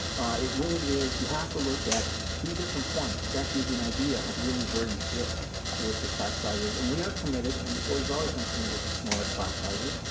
it really is. you have to look at three different points. that gives you an idea of really where you sit with your class sizes. and we are committed, and the board has always been committed, to smaller class sizes.